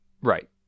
right